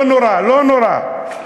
לא נורא, לא נורא.